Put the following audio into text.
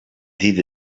did